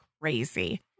crazy